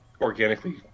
organically